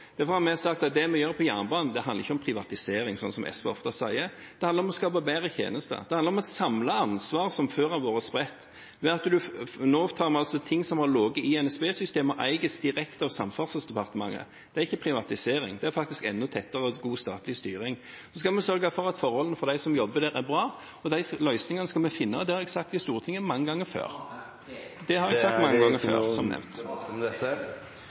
Derfor har vi sagt at det vi gjør på jernbane, handler ikke om privatisering, sånn som SV ofte sier. Det handler om å skape bedre tjenester, det handler om å samle ansvar som før har vært spredt, ved at ting som har ligget i NSB-systemet, nå eies direkte av Samferdselsdepartementet. Det er ikke privatisering, det er faktisk enda tettere, god, statlig styring. Så skal vi sørge for at forholdene for dem som jobber der, er bra, og de løsningene skal vi finne. Det har jeg sagt i Stortinget mange ganger før. AFP! Det har jeg sagt mange ganger før, som nevnt. AFP. Det er ikke noen debatt om dette.